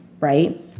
right